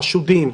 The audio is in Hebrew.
חשודים,